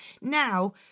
Now